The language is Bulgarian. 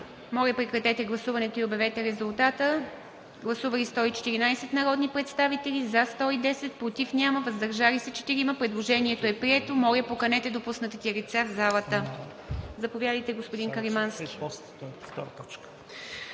Моля, режим на гласуване за така направеното предложение. Гласували 114 народни представители: за 110, против няма, въздържали се 4. Предложението е прието. Моля, поканете допуснатите лица в залата. Заповядайте, господин Каримански.